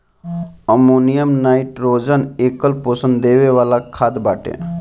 ammonium nitrogen एकल पोषण देवे वाला खाद बाटे